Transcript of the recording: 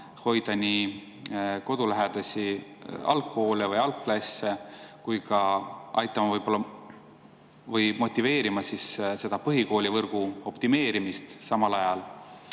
hoida nii kodulähedasi algkoole või algklasse, kui ka aitama või motiveerima põhikoolivõrgu optimeerimist samal ajal.